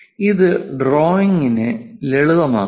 ഇത് ഡ്രോയിംഗ് ലളിതമാക്കുന്നു